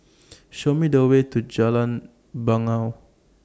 Show Me The Way to Jalan Bangau